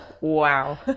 Wow